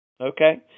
Okay